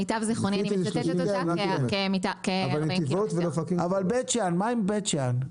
מה עם בית שאן?